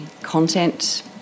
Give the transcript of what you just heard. content